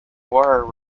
war